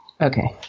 Okay